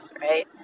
right